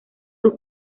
sus